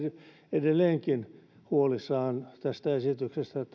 edelleenkin huolissaan tästä esityksestä